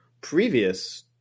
previous